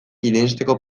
irensteko